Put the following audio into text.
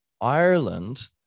Ireland